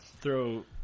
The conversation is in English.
Throw